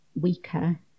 weaker